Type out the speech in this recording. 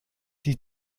die